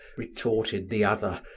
retorted the other,